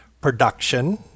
production